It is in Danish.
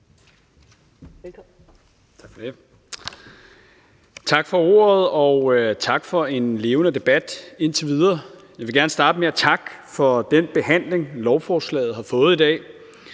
Tak for ordet, og tak for en levende debat indtil videre. Jeg vil gerne starte med at takke for den behandling, lovforslaget har fået i dag.